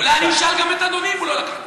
אולי אני אשאל גם את אדוני אם הוא לא לקח תרופות.